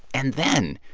and then,